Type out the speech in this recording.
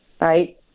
right